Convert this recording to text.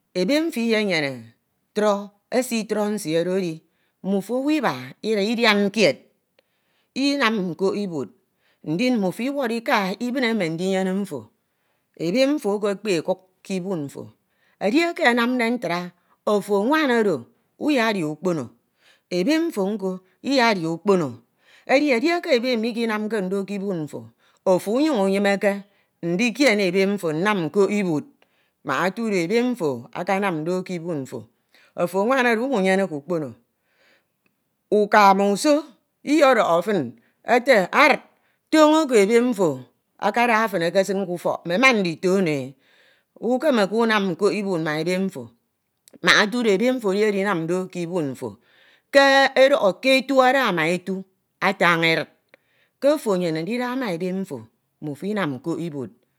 Edieka anamde ntra ofo nwan oro uyedia ukpono. ebe mfo nko uyedia ukpono. Edi edieke ebe mikinemke ndo ke ibud mfo. ofo inyuñ uyime ke ndikiene ebe mfo nnam nkok ibud. mbak etudo ebe mfo akamam ndo ke ibud mfo. ofo nwan oro umunyene ukpono. Uka ma usoniyedọhọ fin ete aṅt toño oko ebe mfo akada fin ekesin ke ufok. mmeman ndito ono- e. ukeme unam nkok ibud ma ebe mfo. mbak etudo ebe mfo edi edinam ndo ke ibud mfo. Ke edoho. ke etu ada ma etu atañi echid. ke ofo enyene ndida ma ebe mto. mmufo inam nkok ibud.